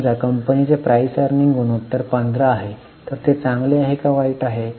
समजा कंपनीचे पीई गुणोत्तर 15 आहे ते चांगले की वाईट आहे